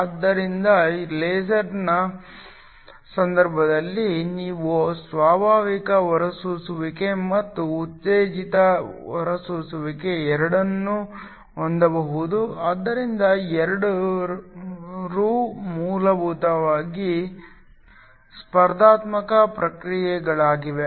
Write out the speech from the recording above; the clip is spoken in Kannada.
ಆದ್ದರಿಂದ ಲೇಸರ್ನ ಸಂದರ್ಭದಲ್ಲಿ ನೀವು ಸ್ವಾಭಾವಿಕ ಹೊರಸೂಸುವಿಕೆ ಮತ್ತು ಉತ್ತೇಜಿತ ಹೊರಸೂಸುವಿಕೆ ಎರಡನ್ನೂ ಹೊಂದಬಹುದು ಆದ್ದರಿಂದ ಇವೆರಡೂ ಮೂಲಭೂತವಾಗಿ ಸ್ಪರ್ಧಾತ್ಮಕ ಪ್ರಕ್ರಿಯೆಗಳಾಗಿವೆ